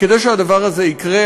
כדי שהדבר הזה יקרה,